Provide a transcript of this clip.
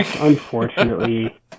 unfortunately